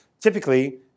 Typically